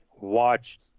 watched